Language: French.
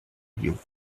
lion